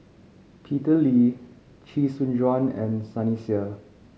Peter Lee Chee Soon Juan and Sunny Sia